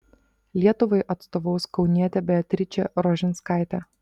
lietuvai atstovaus kaunietė beatričė rožinskaitė